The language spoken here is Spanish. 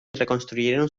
reconstruyeron